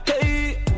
Hey